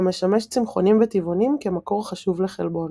המשמש צמחונים וטבעונים כמקור חשוב לחלבון.